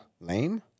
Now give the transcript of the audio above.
Lame